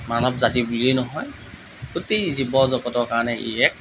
মানৱ জাতি বুলিয়েই নহয় গোটেই জীৱজগতৰ কাৰণে ই এক